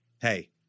Hey